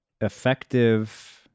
effective